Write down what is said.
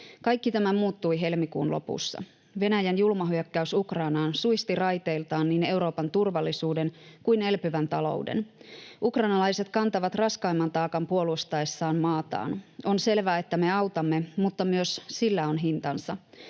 Kaikki tämä muuttui helmikuun lopussa. Venäjän julma hyökkäys Ukrainaan suisti raiteiltaan niin Euroopan turvallisuuden kuin elpyvän talouden. Ukrainalaiset kantavat raskaimman taakan puolustaessaan maataan. On selvää, että me autamme, mutta sillä on myös hintansa.